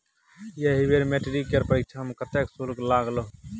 एहि बेर मैट्रिक केर परीक्षा मे कतेक शुल्क लागलौ?